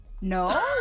No